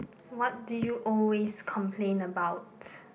what do you always complain about